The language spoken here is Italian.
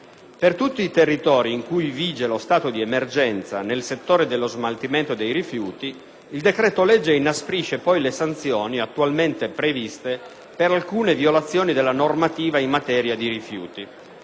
Per tutti i territori in cui vige lo stato di emergenza nel settore dello smaltimento dei rifiuti il decreto-legge inasprisce poi le sanzioni attualmente previste per alcune violazioni della normativa in materia di rifiuti.